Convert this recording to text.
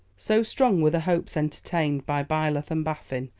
so strong were the hopes entertained by byleth and baffin,